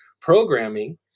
programming